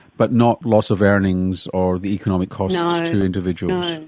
but not loss of earnings or the economic costs ah to individuals?